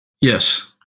Yes